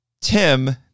Tim